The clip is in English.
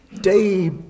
Day